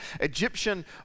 Egyptian